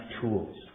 tools